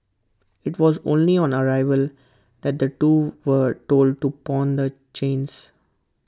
IT was only on arrival that the two were told to pawn the chains